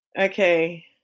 Okay